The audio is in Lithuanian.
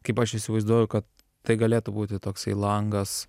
kaip aš įsivaizduoju kad tai galėtų būti toksai langas